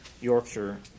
Yorkshire